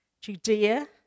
Judea